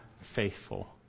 faithful